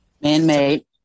man-made